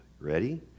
Ready